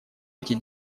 эти